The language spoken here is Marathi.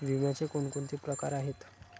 विम्याचे कोणकोणते प्रकार आहेत?